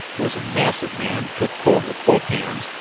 who was a massive man, took hold with both hands,